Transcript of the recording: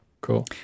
Cool